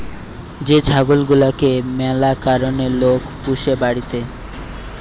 যে ছাগল গুলাকে ম্যালা কারণে লোক পুষে বাড়িতে